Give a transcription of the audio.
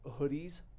hoodies